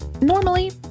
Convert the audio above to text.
Normally